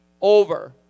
over